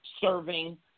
serving